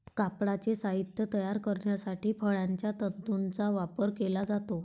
कापडाचे साहित्य तयार करण्यासाठी फळांच्या तंतूंचा वापर केला जातो